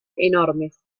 enormes